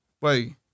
Wait